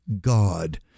God